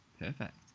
perfect